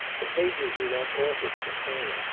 the pages you want altered contain,